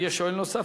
יש שואל נוסף,